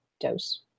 dose